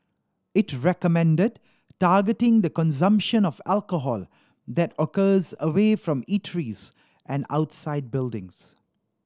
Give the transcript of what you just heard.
it recommended targeting the consumption of alcohol that occurs away from eateries and outside buildings